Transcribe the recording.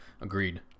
Agreed